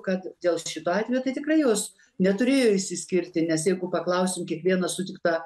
kad dėl šito atvejo tai tikrai jos neturėjo išsiskirti nes jeigu paklausim kiekvieną sutiktą